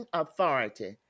authority